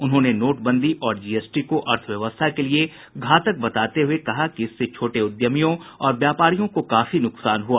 उन्होंने नोटबंदी और जीएसटी को अर्थव्यवस्था के लिए घातक बताते हुये कहा कि इससे छोटे उद्यमियों और व्यापारियों को काफी नुकसान हुआ